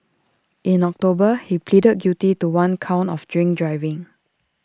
in October he pleaded guilty to one count of drink driving